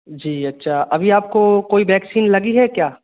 जी अच्छा अभी आपको कोई वैक्सीन लगी है क्या